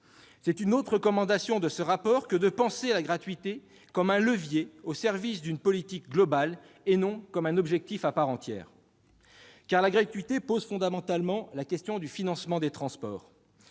C'est une autre recommandation du rapport que de penser la gratuité comme un levier au service d'une politique globale, et non comme un objectif à part entière. En effet, la gratuité pose fondamentalement la question du financement des transports